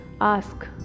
ask